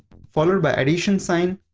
followed by addition sign,